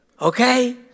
Okay